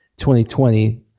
2020